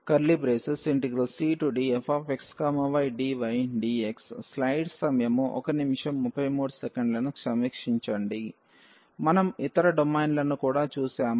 ∬DfxydAcdabfxydxdyabcdfxydydx మనం ఇతర డొమైన్లను కూడా చూశాము